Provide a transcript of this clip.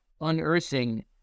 unearthing